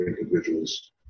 individuals